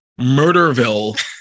Murderville